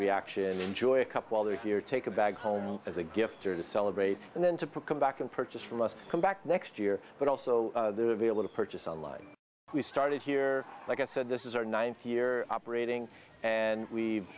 reaction enjoy a cup while they're here take a bag home as a gift or to celebrate and then to put come back and purchase from us come back next year but also they would be able to purchase online we started here like i said this is our ninth year operating and we